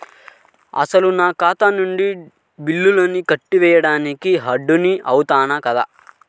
అసలు నా ఖాతా నుండి బిల్లులను కట్టుకోవటానికి అర్హుడని అవునా కాదా?